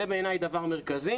זה בעיניי דבר מרכזי.